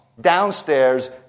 downstairs